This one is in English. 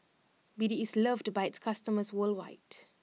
B D is loved by its customers worldwide